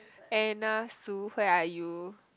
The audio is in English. Anna Sue where are you